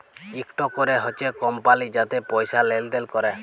ইকট ক্যরে হছে কমপালি যাতে পয়সা লেলদেল ক্যরে